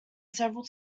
several